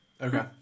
Okay